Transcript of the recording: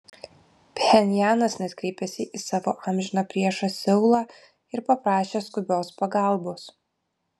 pchenjanas net kreipėsi į savo amžiną priešą seulą ir paprašė skubios pagalbos